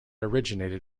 originated